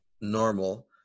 normal